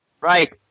Right